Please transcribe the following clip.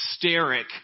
hysteric